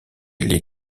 les